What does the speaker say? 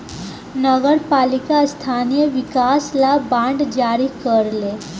नगर पालिका स्थानीय विकास ला बांड जारी करेले